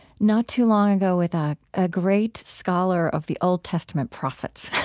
not too long ago with a ah great scholar of the old testament prophets.